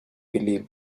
believe